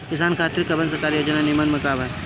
किसान खातिर कवन सरकारी योजना नीमन बा?